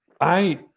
I-